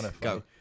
Go